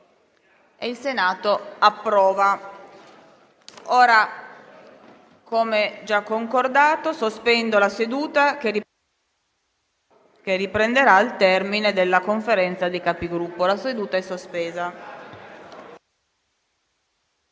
Allegato B).* Come concordato, sospendo la seduta, che riprenderà al termine della Conferenza dei Capigruppo. La seduta è sospesa.